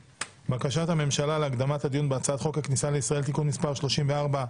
בקשת הממשלה להקדמת הדיון בהצעת חוק הכניסה לישראל (תיקון מס' 34),